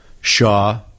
Shaw